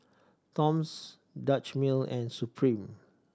Toms Dutch Mill and Supreme